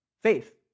faith